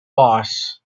boss